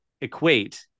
equate